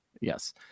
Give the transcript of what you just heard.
yes